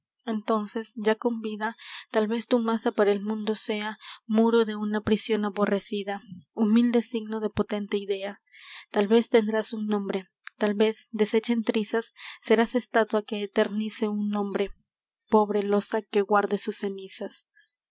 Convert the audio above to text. entónces ya con vida tal vez tu masa para el mundo sea muro de una prision aborrecida humilde signo de potente idea tal vez tendrás un nombre tal vez deshecha en trizas serás estátua que eternice un hombre pobre losa que guarde sus cenizas